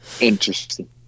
Interesting